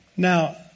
Now